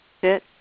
Sit